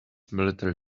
military